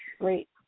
Great